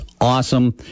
awesome